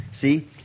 See